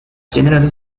generally